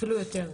אפילו יותר,